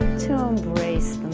to embrace